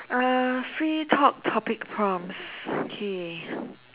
uh free talk topic prompts okay